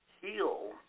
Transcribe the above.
heal